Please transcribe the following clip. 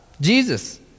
Jesus